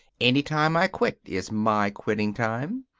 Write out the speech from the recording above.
any time i quit is my quitting time.